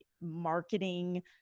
marketing